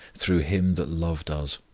through him that loved us.